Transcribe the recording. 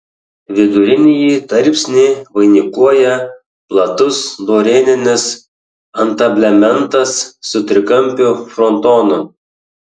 vidurinįjį tarpsnį vainikuoja platus dorėninis antablementas su trikampiu frontonu